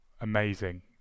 amazing